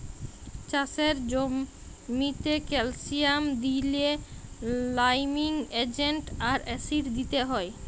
চাষের জ্যামিতে ক্যালসিয়াম দিইলে লাইমিং এজেন্ট আর অ্যাসিড দিতে হ্যয়